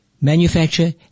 manufacture